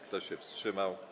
Kto się wstrzymał?